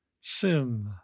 sin